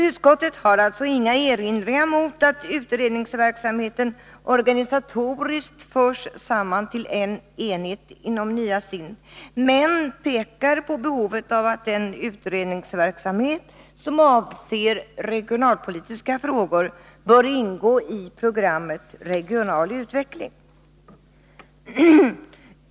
Utskottet har alltså inga erinringar mot att utredningsverksamheten organisatoriskt förs samman till en enhet inom nya SIND, men pekar på behovet av att den utredningsverksamhet som avser regionalpolitiska frågor bör ingå i programmet Regional utveckling.